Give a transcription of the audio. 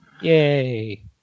yay